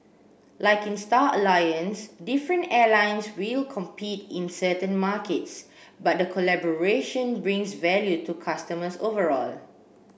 like in Star Alliance different airlines will compete in certain markets but the collaboration brings value to customers overall